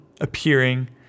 appearing